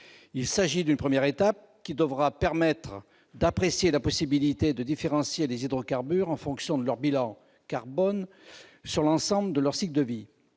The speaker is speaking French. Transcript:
Il s'agit d'une première étape, qui devra permettre d'apprécier la possibilité de différencier les hydrocarbures en fonction de leur bilan carbone sur l'ensemble de leur cycle de vie.